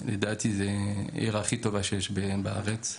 עיר הכי טובה שיש בארץ.